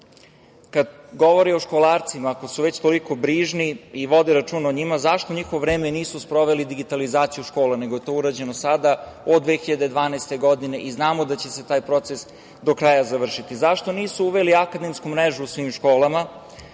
govore o školarcima, ako su već toliko brižni i vode računa o njima, zašto u njihovo vreme nisu sproveli digitalizaciju u školama, nego je to urađeno sada od 2012. godine i znamo da će se taj proces do kraja završiti? Zašto nisu uveli akademsku mrežu u svim školama?